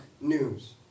news